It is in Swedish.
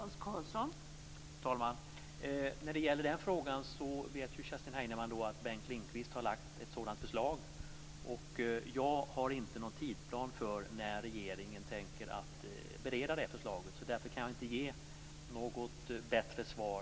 Fru talman! Vad gäller den frågan vet Kerstin Heinemann att Bengt Lindqvist har lagt fram ett sådant förslag. Jag har inte någon tidsplan för när regeringen tänker bereda det förslaget. Därför kan jag i nuläget inte ge något bättre svar.